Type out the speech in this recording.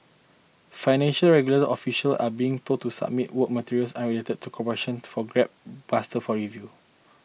financial regulatory officials are being told to submit work materials unrelated to corruption for graft busters for review